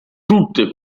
tutte